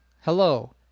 Hello